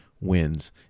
wins